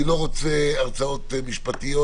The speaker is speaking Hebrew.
אני לא רוצה הרצאות משפטיות.